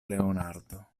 leonardo